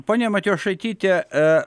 ponia matijošaityte